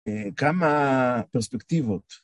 כמה פרספקטיבות.